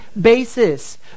basis